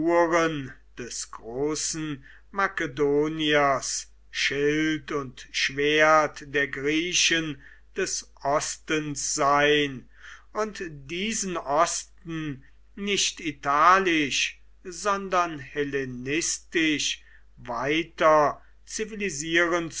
des großen makedoniers schild und schwert der griechen des ostens sein und diesen osten nicht italisch sondern hellenistisch weiter